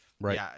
right